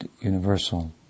universal